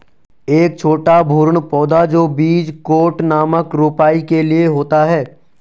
एक छोटा भ्रूण पौधा जो बीज कोट नामक रोपाई के लिए होता है